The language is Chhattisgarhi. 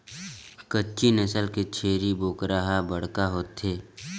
कच्छी नसल के छेरी बोकरा ह बड़का होथे